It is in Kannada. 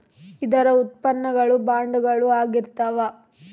ಇದರ ಉತ್ಪನ್ನ ಗಳು ಬಾಂಡುಗಳು ಆಗಿರ್ತಾವ